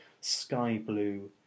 sky-blue